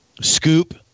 scoop